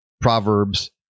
Proverbs